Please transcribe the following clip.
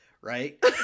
right